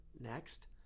next